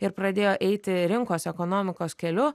ir pradėjo eiti rinkos ekonomikos keliu